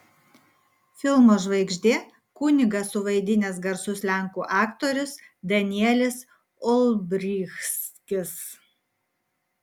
filmo žvaigždė kunigą suvaidinęs garsus lenkų aktorius danielis olbrychskis